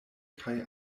kaj